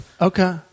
Okay